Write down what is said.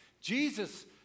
Jesus